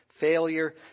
failure